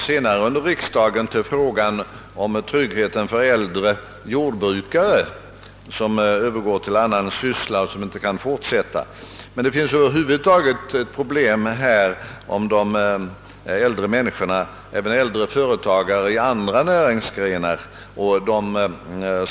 Senare under riksdagen kominer vi till frågan om tryggheten för äldre jordbrukare, som har svårt att övergå till annan syssla men som inte kan fortsätta med jordbruket. Det gäller över huvud taget de svårigheter som strukturförändringarna medför för äldre människor, även för äldre företagare i andra näringsgrenar.